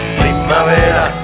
primavera